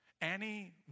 Annie